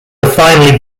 finally